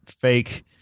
fake